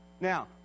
Now